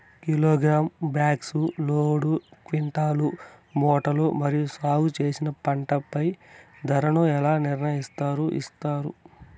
Kilogram, box, load, quintal, మూటలు మీరు సాగు చేసిన పంటపై ధరలను ఎలా నిర్ణయిస్తారు యిస్తారు?